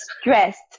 stressed